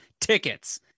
tickets